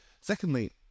Secondly